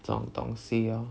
这种东西 lor